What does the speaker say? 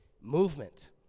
movement